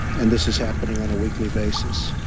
and this is happening on a weekly basis.